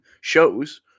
shows